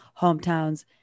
hometowns